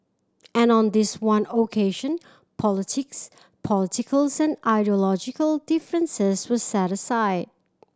and on this one occasion politics political ideological differences were set aside